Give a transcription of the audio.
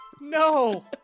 no